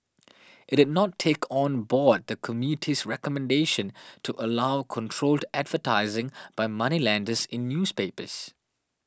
it did not take on board the committee's recommendation to allow controlled advertising by moneylenders in newspapers